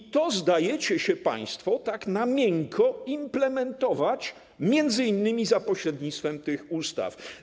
I to zdajecie się państwo tak na miękko implementować m.in. za pośrednictwem tych ustaw.